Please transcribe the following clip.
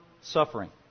suffering